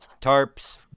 tarps